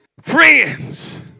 friends